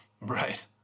Right